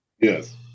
yes